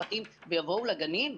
הפרטיים ובואו לגנים?